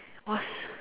was